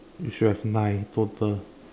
you should have nine total